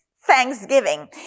thanksgiving